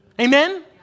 Amen